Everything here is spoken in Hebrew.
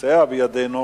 יסייע בידנו